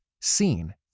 seen